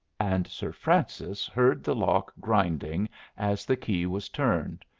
and sir francis heard the lock grinding as the key was turned.